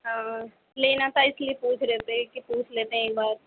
او لینا تھا اس لیے پوچھ رہے تھے کہ پوچھ لیتے ہیں ایک بار